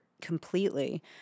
completely